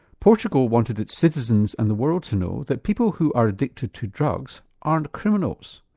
portugal wanted its citizens and the world to know that people who are addicted to drugs aren't criminals,